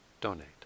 donate